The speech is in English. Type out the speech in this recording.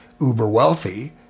uber-wealthy